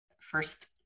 first